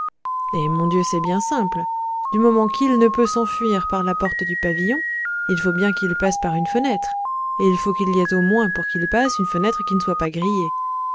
eh mon dieu c'est bien simple du moment qu il ne peut s'enfuir par la porte du pavillon il faut bien qu'il passe par une fenêtre et il faut qu'il y ait au moins pour qu'il passe une fenêtre qui ne soit pas grillée